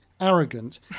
arrogant